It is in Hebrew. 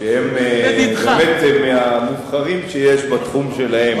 שהם מהמובחרים שיש בתחום שלהם.